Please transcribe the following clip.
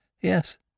Yes